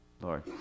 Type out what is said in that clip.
Lord